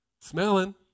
smelling